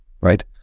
right